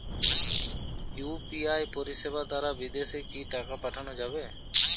UPI পরিষেবা দারা বিদেশে কি টাকা পাঠানো যাবে?